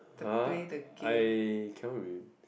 !huh! I cannot really